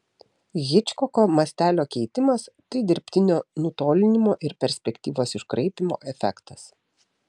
hičkoko mastelio keitimas tai dirbtinio nutolinimo ir perspektyvos iškraipymo efektas